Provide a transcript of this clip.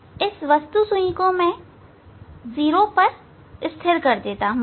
मैं इस वस्तु सुई को 0 पर स्थिर कर देता हूं